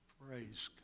praise